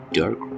dark